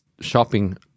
shopping